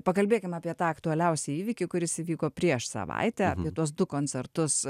pakalbėkim apie tą aktualiausią įvykį kuris įvyko prieš savaitę tuos du koncertus